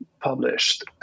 published